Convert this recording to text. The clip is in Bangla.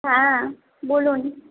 হ্যাঁ বলুন